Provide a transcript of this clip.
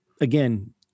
again